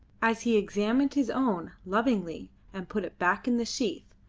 as he examined his own lovingly, and put it back in the sheath,